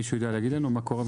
מישהו יודע להגיד לנו מה קורה?